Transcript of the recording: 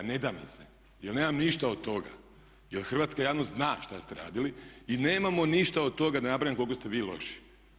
Ne da mi se jer nemam ništa od toga jer hrvatska javnost zna šta ste radili i nemamo ništa od toga da ne nabrajam koliko ste vi loši.